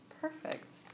perfect